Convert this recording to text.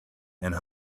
and